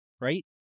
right